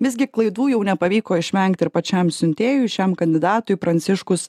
visgi klaidų jau nepavyko išvengti ir pačiam siuntėjui šiam kandidatui pranciškus